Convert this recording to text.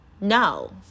no